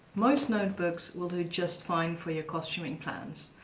most notebooks will do just fine for your costuming plans,